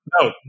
No